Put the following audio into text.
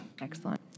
excellent